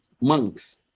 monks